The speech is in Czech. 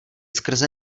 skrze